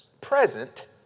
present